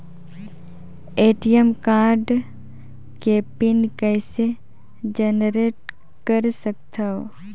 ATM card के pin कइसे generate कर सकथव?